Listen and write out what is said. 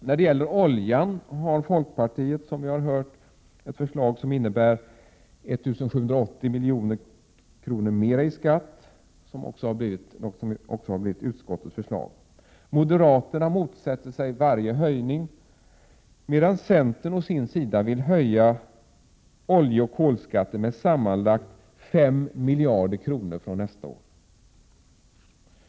I fråga om oljan har folkpartiet ett förslag som innebär 1 780 milj.kr. mer i skatt, vilket också har blivit utskottets förslag. Moderaterna motsätter sig varje höjning, medan centern vill höja oljeoch kolskatten med sammanlagt 5 miljarder för nästa år.